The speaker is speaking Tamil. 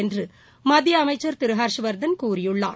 என்று மத்திய அமைச்சர் திரு ஹர்ஷவர்தன் கூறியுள்ளார்